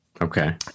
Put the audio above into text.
okay